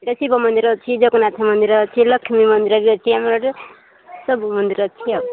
ଏଠି ଶିବ ମନ୍ଦିର ଅଛି ଜଗନ୍ନାଥ ମନ୍ଦିର ଅଛି ଲକ୍ଷ୍ମୀ ମନ୍ଦିର ବି ଅଛି ଆମର ଏଠି ସବୁ ମନ୍ଦିର ଅଛି ଆଉ